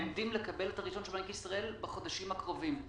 אנחנו עומדים לקבל את הרישיון של בנק ישראל בחודשים הקרובים.